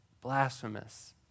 blasphemous